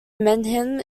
manheim